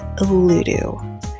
Ludo